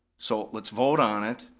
so let's vote on it.